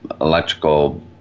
electrical